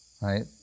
right